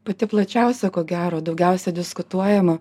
pati plačiausia ko gero daugiausia diskutuojama